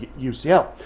UCL